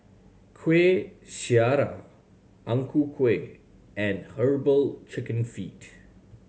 Kueh Syara Ang Ku Kueh and Herbal Chicken Feet